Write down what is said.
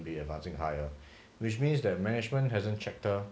be advancing higher which means that management hasn't checked her